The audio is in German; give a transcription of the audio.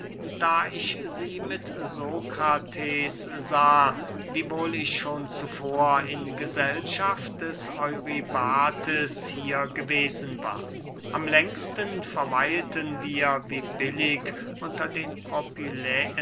da ich sie mit sokrates sah wiewohl ich schon zuvor in gesellschaft des eurybates hier gewesen war am längsten verweilten wir wie billig unter den